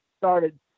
started